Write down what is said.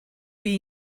chi